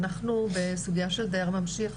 אנחנו בסוגייה שדייר ממשיך,